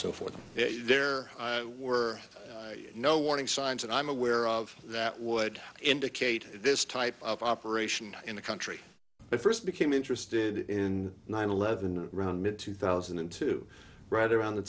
so forth if there were no warning signs and i'm aware of that would indicate this type of operation in the country i first became interested in nine eleven around mid two thousand and two right around the